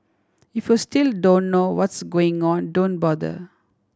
if you still don't know what's going on don't bother